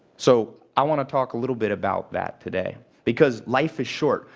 so i want to talk a little bit about that today. because life is short.